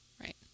Right